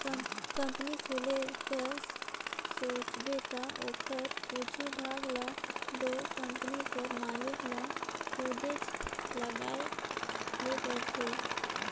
company खोले कर सोचबे ता ओकर कुछु भाग ल दो कंपनी कर मालिक ल खुदे लगाए ले परथे